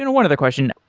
and one of the question,